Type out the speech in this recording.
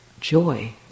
joy